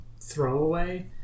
throwaway